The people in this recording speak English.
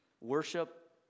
worship